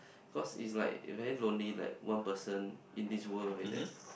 cause it's like you very lonely like one person in this world like that